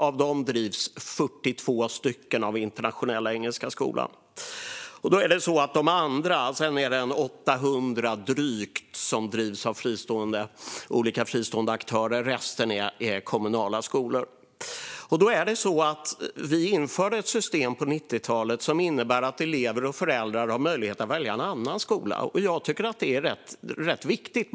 Av dessa drivs 42 av Internationella Engelska Skolan, och drygt 800 drivs av olika andra fristående aktörer. Resten är kommunala skolor. Vi införde ett system på 90-talet som innebär att elever och föräldrar har möjlighet att välja en annan skola. Jag tycker att det är rätt viktigt.